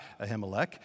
Ahimelech